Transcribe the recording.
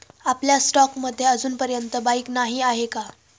आपल्या स्टॉक्स मध्ये अजूनपर्यंत बाईक नाही आहे का?